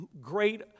great